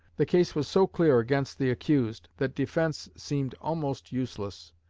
the case was so clear against the accused that defense seemed almost useless.